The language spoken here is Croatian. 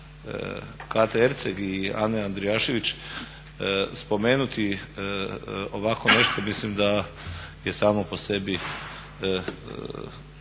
Kate Erceg i Ane Andrijašević spomenuti ovako nešto mislim da je samo po sebi